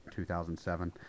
2007